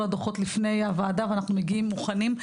הדוחות לפני הוועדה ואנחנו מגיעים מוכנים.